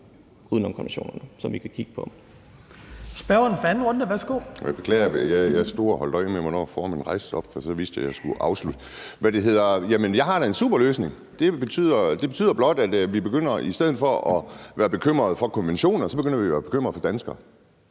uden om konventionerne, som vi kan kigge på.